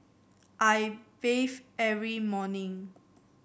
I bathe every morning